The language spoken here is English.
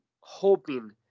hoping